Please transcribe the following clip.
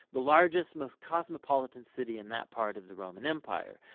the largest, most cosmopolitan city in that part of the roman empire.